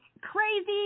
crazy